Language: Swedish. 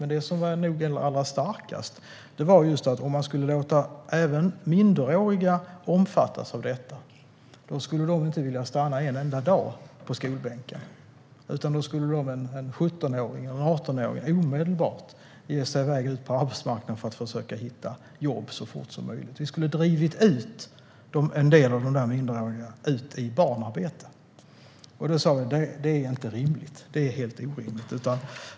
Men den alla starkaste var att om man skulle låta även minderåriga omfattas av detta skulle de inte vilja stanna på skolbänken en enda dag, utan då skulle en 17-åring eller en 18-åring omedelbart ge sig iväg ut på arbetsmarknaden för att försöka hitta jobb så fort som möjligt. Vi skulle ha drivit ut en del av de minderåriga i barnarbete. Då sa vi att det här, det är inte rimligt. Det är helt orimligt.